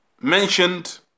mentioned